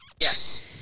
yes